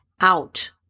out